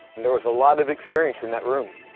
and there was a lot of experience in that room.